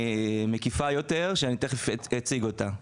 מקיפה יותר, שאני תכף אציג אותה.